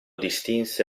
distinse